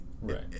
Right